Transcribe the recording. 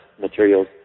materials